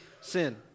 sin